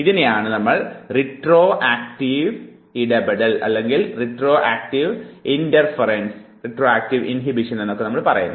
ഇതിനെയാണ് റെട്രോക്റ്റീവ് ഇടപെടൽ എന്ന് വിളിക്കുന്നത്